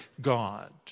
God